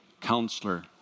counselor